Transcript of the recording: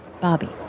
Bobby